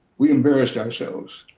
we embarrassed ourselves.